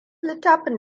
littafin